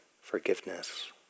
forgiveness